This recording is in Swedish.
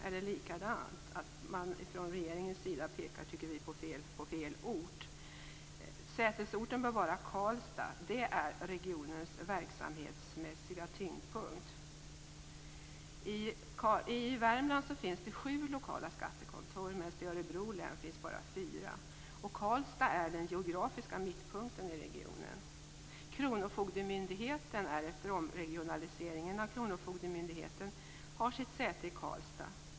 Vi tycker att man från regeringens sida pekar på fel ort. Sätesorten bör vara Karlstad. Det är regionens verksamhetsmässiga tyngdpunkt. I Värmland finns sju lokala skattekontor medan det i Örebro län bara finns fyra. Karlstad är den geografiska mittpunkten i regionen. Kronofogdemyndigheten har efter omregionaliseringen sitt säte i Karlstad.